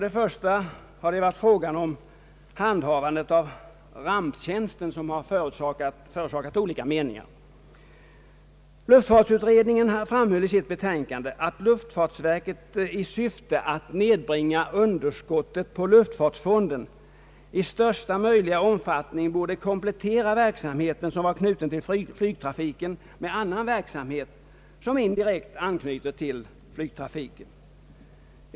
Det har främst varit frågan om handhavandet av ramptjänsten som förorsakat olika meningar. Luftfartsutredningen framhöll i sitt betänkande att luftfartsverket i syfte att nedbringa underskottet på luftfartsfonden i största möjliga omfattning borde komplettera den till flygtrafiken knutna verksamheten med annan verksamhet, som indirekt anknyter till denna trafik.